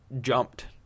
jumped